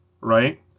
right